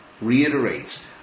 reiterates